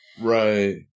right